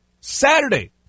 Saturday